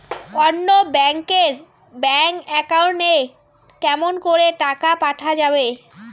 অন্য ব্যাংক এর bank account এ কেমন করে টাকা পাঠা যাবে?